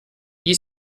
gli